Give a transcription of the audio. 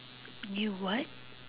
you what